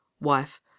Wife